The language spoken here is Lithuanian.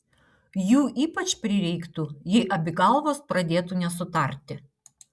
jų ypač prireiktų jei abi galvos pradėtų nesutarti